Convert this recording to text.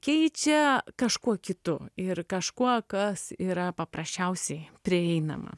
keičia kažkuo kitu ir kažkuo kas yra paprasčiausiai prieinama